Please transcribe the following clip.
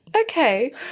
Okay